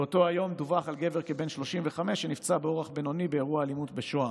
באותו היום דווח על גבר כבן 35 שנפצע באורח בינוני באירוע אלימות בשוהם.